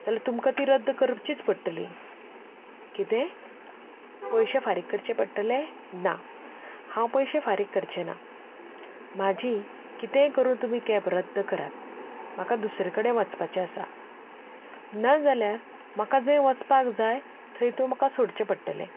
जाल्यार तुमकां ती रद्द करचीच पडटली कितें पयशे फारीक करचे पडटले ना हांव पयशे फारीक करचें ना म्हाजी कितेंय करून तुमी कॅब रद्द करात म्हाका दुसरे कडेन वचपाचें आसा ना जाल्यार म्हाका जंय वचपाक जाय थंय तुवें म्हाका सोडचें पडटलें